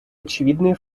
очевидные